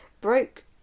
broke